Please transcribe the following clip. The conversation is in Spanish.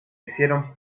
hicieron